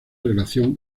relación